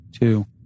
Two